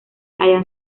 hayan